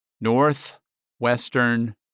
northwestern